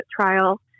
trial